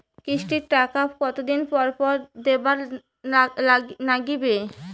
কিস্তির টাকা কতোদিন পর পর দিবার নাগিবে?